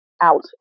out